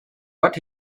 but